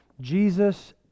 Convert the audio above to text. Jesus